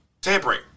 tampering